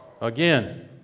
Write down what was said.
Again